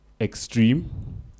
extreme